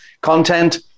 content